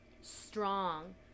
strong